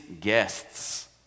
guests